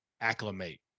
acclimate